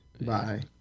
Bye